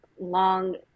long